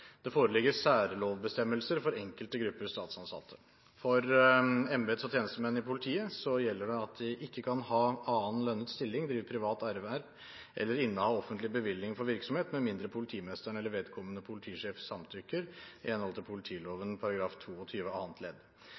det foreligger særlovbestemmelser for enkelte grupper statsansatte. For embets- og tjenestemenn i politiet gjelder det at de ikke kan ha annen lønnet stilling, drive privat erverv eller inneha offentlig bevilling for virksomhet, med mindre politimesteren eller vedkommende politisjef samtykker, i henhold til politiloven § 22 annet ledd.